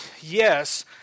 yes